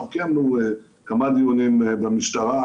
אנחנו קיימנו כמה דיונים במשטרה.